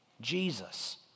Jesus